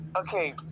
Okay